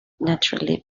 naturally